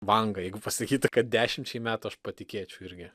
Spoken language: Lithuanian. vanga jeigu pasakytų kad dešimčiai metų aš patikėčiau irgi